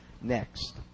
next